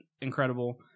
incredible